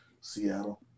Seattle